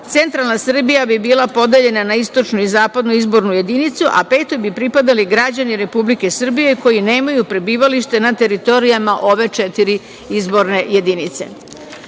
Centralna Srbija bi bila podeljena na istočnu i zapadnu izbornu jedinicu, a peto bi pripadali građani Republike Srbije koji nemaju prebivalište na teritorijama ove četiri izborne